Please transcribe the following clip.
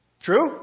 True